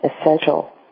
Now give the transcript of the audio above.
essential